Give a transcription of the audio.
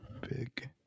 big